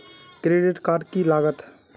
Credit card की लागत?